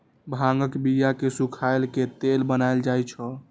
भांगक बिया कें सुखाए के तेल बनाएल जाइ छै